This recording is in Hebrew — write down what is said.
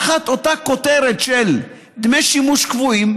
תחת אותה כותרת של דמי שימוש קבועים,